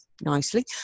nicely